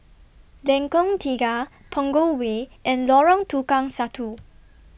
Lengkong Tiga Punggol Way and Lorong Tukang Satu